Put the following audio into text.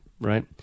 right